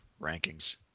rankings